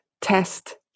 test